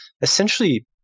essentially